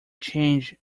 change